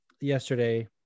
yesterday